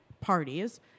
parties